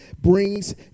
brings